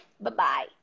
Bye-bye